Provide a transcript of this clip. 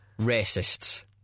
Racists